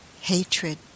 hatred